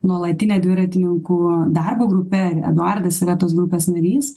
nuolatine dviratininkų darbo grupe eduardas yra tos grupės narys